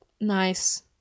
nice